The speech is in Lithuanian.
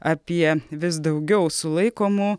apie vis daugiau sulaikomų